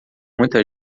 muita